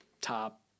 top